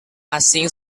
asing